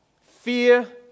fear